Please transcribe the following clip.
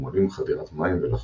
ומונעים חדירת מים ולחות,